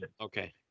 Okay